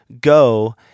go